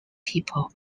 people